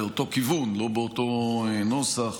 באותו הכיוון אבל לא באותו הנוסח,